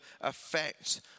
effect